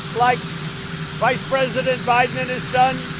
like vice president biden has done,